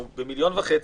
אנחנו במיליון וחצי,